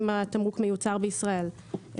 אם התמרוק מיוצר בישראל,